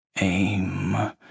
Aim